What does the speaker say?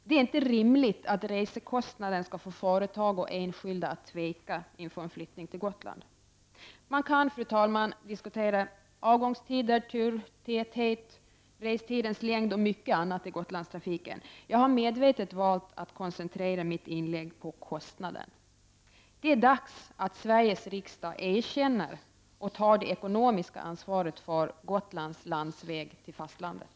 Det är inte rimligt att resekostnaden skall få företag och enskilda att tveka inför en flyttning till Man kan, fru talman, diskutera avgångstider, turtäthet, restidens längd och mycket annat i Gotlandstrafiken. Jag har medvetet valt att koncentrera mitt inlägg på kostnaden. Det är dags att Sveriges riksdag erkänner -- och tar det ekonomiska ansvaret för -- Gotlands landsväg till fastlandet.